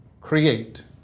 create